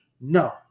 No